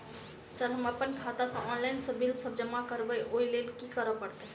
Sir हम अप्पन खाता सऽ ऑनलाइन सऽ बिल सब जमा करबैई ओई लैल की करऽ परतै?